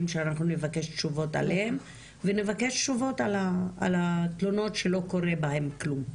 שאנחנו נבקש תשובות עליהם ונבקש תשובות על התלונות שלא קורה בהן כלום.